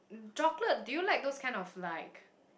chocolate do you like those kind of like